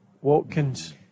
Watkins